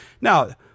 Now